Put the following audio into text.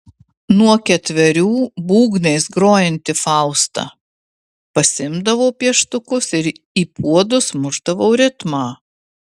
nuo ketverių būgnais grojanti fausta pasiimdavau pieštukus ir į puodus mušdavau ritmą